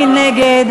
מי נגד?